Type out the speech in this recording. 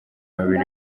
babiri